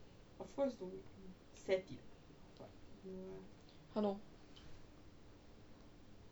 !hannor!